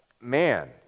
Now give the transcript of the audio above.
man